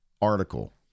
article